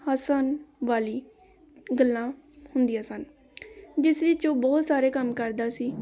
ਹੱਸਣ ਵਾਲੀ ਗੱਲਾਂ ਹੁੰਦੀਆਂ ਸਨ ਜਿਸ ਵਿੱਚ ਉਹ ਬਹੁਤ ਸਾਰੇ ਕੰਮ ਕਰਦਾ ਸੀ